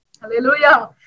Hallelujah